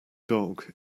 dog